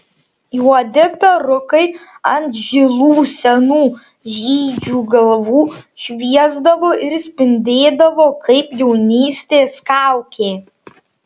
juodi perukai ant žilų senų žydžių galvų šviesdavo ir spindėdavo kaip jaunystės kaukė